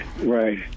right